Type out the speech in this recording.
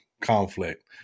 conflict